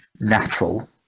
natural